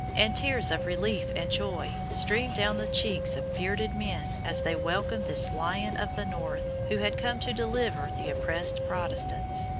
and tears of relief and joy streamed down the cheeks of bearded men as they welcomed this lion of the north, who had come to deliver the oppressed protestants.